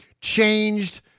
changed